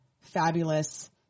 fabulous